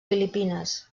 filipines